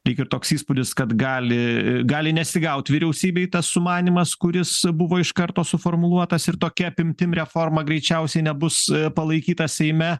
lyg ir toks įspūdis kad gali gali nesigaut vyriausybei tas sumanymas kuris buvo iš karto suformuluotas ir tokia apimtim reforma greičiausiai nebus palaikyta seime